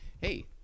hey